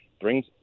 brings